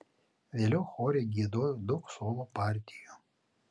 vėliau chore giedojau daug solo partijų